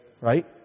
Right